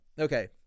okay